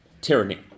tyranny